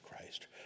Christ